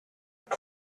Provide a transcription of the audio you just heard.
you